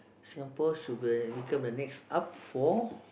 Singapore should become the next up for